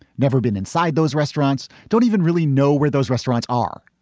never been inside those restaurants, don't even really know where those restaurants are.